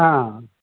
অঁ